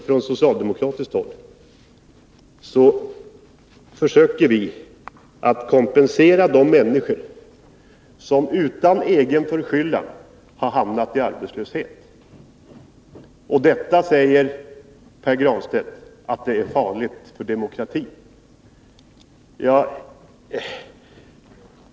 På socialdemokratiskt håll försöker vi kompensera de människor som utan egen förskyllan har hamnat i arbetslöshet. Detta, säger Pär Granstedt, är farligt för demokratin.